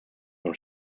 und